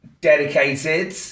dedicated